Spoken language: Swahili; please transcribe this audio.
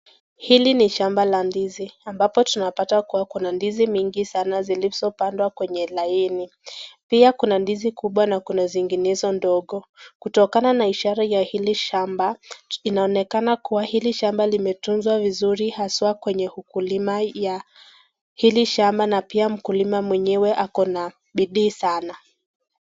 Hili ni shamba la ndizi ambapo tunapata kuwa kuna ndizi mingi saana zilizopandwa kwenye laini. Pia, kuna ndizi kubwa na kuna zinginezo ndogo. Kutokana na ishara ya hili shamba, inaonekana kuwa hili limetunzwa vizuri haswa kwenye ukuliama ya hili shamba na pia mkulima mwenyewe ako na, bidii saana.